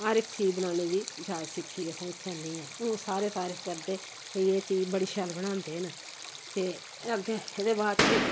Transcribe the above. हर इक चीज़ बनाने दी जाच सिक्खी असें इत्थै आनियै हून सारे तरीफ करदे भाई एह् चीज़ बड़ी शैल बनांदे न ते अग्गें एह्दे बाद च बी